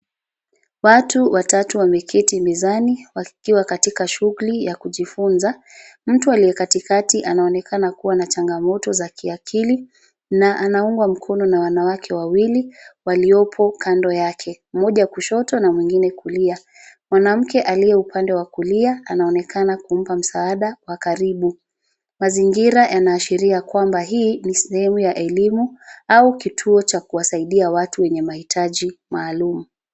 Watu watatu wameketi mezani wakiwa katika shughuli ya kujifunza. Mtu aliye katikati anaonekana kua na changamoto za kiakili na anaungwa mkono na wanawake wawili waliopo kando yake, moja kushoto na mwingine kulia. Mwanamke aliye upande wa kulia anaonekana kumpa msaada wa karibu. Mazingira yanaashiria kwamba hii ni sehemu ya elimu au kituo cha kuwasaidia watu wenye mahitaji maalum.